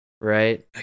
Right